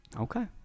Okay